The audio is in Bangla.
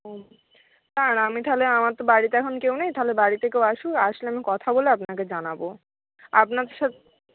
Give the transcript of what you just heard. ও না না আমি তাহলে আমার তো বাড়িতে এখন কেউ নেই তাহলে বাড়িতে কেউ আসুক আসলে আমি কথা বলে আপনাকে জানাবো আপনার